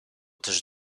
też